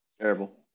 Terrible